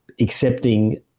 accepting